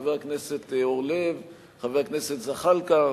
חבר הכנסת אורלב וחבר הכנסת זחאלקה,